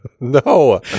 No